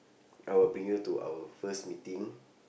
I will bring you to our first meeting